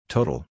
Total